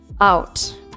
out